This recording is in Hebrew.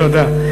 תודה, תודה.